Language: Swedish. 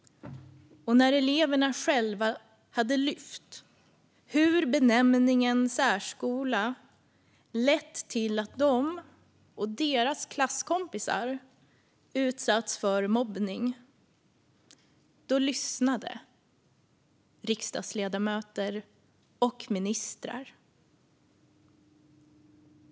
När eleverna själva hade lyft fram hur benämningen särskola hade lett till att de och deras klasskompisar utsatts för mobbning lyssnade riksdagsledamöter och ministrar.